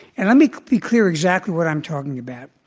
and let me be clear exactly what i'm talking about.